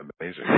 Amazing